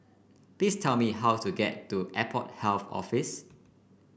please tell me how to get to Airport Health Office